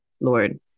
Lord